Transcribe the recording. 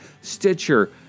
Stitcher